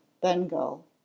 Bengal